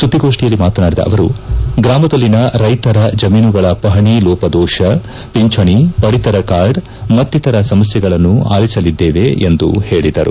ಸುದ್ದಿಗೋಷ್ಠಿಯಲ್ಲಿ ಮಾತನಾಡಿದ ಅವರು ಗ್ರಾಮದಲ್ಲಿನ ರೈತರ ಜಮೀನುಗಳ ಪಪಣಿ ಲೋಪದೋಷ ಪಿಂಚಣಿ ಪಡಿತರ ಕಾರ್ಡ್ ಮತ್ತಿತರ ಸಮಸ್ಲೆಗಳನ್ನು ಆಲಿಸಲಿದ್ದೇವೆ ಎಂದು ಹೇಳಿದರು